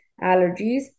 allergies